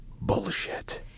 bullshit